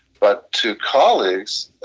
but to colleagues,